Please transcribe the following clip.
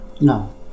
No